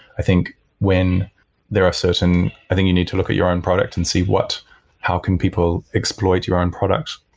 i think when there are so certain i think you need to look at your own product and see how can people exploit your own product.